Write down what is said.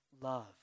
love